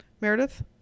Meredith